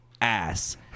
ass